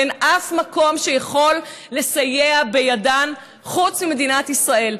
אין אף מקום שיכול לסייע בידן, חוץ ממדינת ישראל.